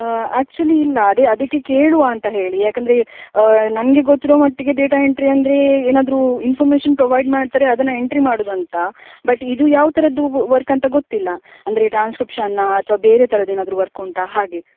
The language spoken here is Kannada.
ಆಕ್ಚುಲಿ ಇಲ್ಲ ಅದೇ ಅದಕ್ಕೆ ಕೇಳುವ ಅಂತ ಹೇಳಿ ಏಕಂದ್ರೆ ನನಗೆ ಗೊತ್ತಿರೋ ಮಟ್ಟಿಗೆ ಡೇಟಾ ಎಂಟ್ರಿ ಅಂದ್ರೆ ಏನಾದರು ಇನ್ಫಾರ್ಮೇಶನ್ ಪ್ರೊವೈಡ್ ಮಾಡ್ತಾರೆ ಅದನ್ನು ಎಂಟ್ರಿ ಮಾಡೋದಂತ ಬಟ್ ಇದು ಯಾವ ಥರದ್ದು ವರ್ಕ್ ಅಂತ ಗೊತ್ತಿಲ್ಲ ಅಂದರೆ ಟ್ರಾನ್ಸ್ಕ್ರಿಪ್ಶನ್ನಾ ಅಥವಾ ಬೇರೆ ಥರದ್ದು ಏನಾದರು ವರ್ಕ್ ಉಂಟಾ ಹಾಗೆ